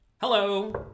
Hello